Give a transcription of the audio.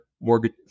mortgage